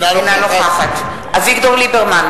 אינה נוכחת אביגדור ליברמן,